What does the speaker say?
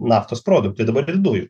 naftos produktai dabar ir dujų